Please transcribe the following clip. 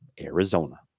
Arizona